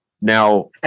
Now